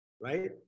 right